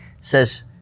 says